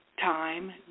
time